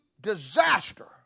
disaster